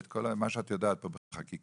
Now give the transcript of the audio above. כמו מה שאת יודעת פה בחקיקה,